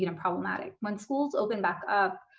you know problematic. when schools open back up,